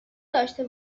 داشته